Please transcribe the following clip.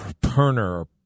Perner